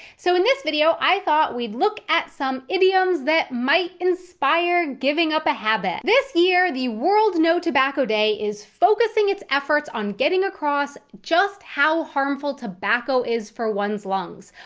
so in this video i thought we'd look at some idioms that might inspire giving up a habit. this year the world no tobacco day is focusing its efforts on getting across just how harmful tobacco is for one's lungs.